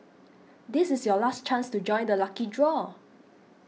this is your last chance to join the lucky draw